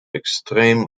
extreem